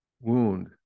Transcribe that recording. wound